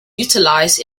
utilized